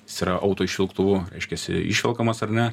jis yra auto išviltuvu reiškiasi išvelkamas ar ne